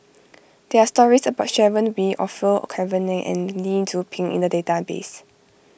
there are stories about Sharon Wee Orfeur Cavenagh and Lee Tzu Pheng in the database